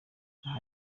aha